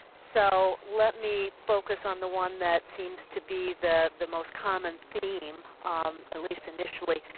so let me focus on the one that seems to be the the most common theme. at least initially.